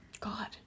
God